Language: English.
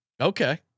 Okay